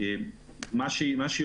זה